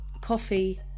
coffee